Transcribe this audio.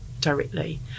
directly